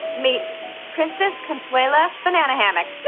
meet princess consuela banana hammock.